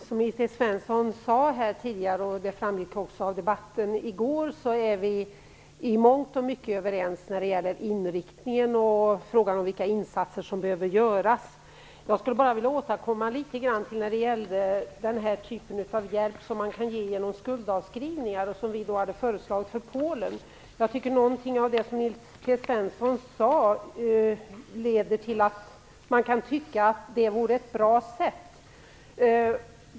Herr talman! Som Nils T Svensson sade och som framgick av debatten i går är vi i mångt och mycket överens om inriktningen och om frågan vilka insatser som behöver göras. Jag skulle vilja litet beröra frågan om att ge hjälp i form av skuldavskrivningar, vilket vi har föreslagit när det gäller Polen. Av det Nils T Svensson sade får man den uppfattningen att det vore ett bra sätt.